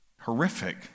horrific